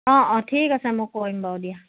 অঁ অঁ ঠিক আছে মই কৰিম বাৰু দিয়া